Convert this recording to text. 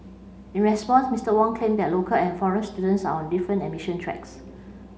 in response Mister Wong claimed that local and foreign students are on different admission tracks